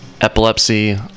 epilepsy